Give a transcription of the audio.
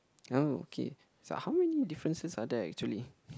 oh okay so how many differences are there actually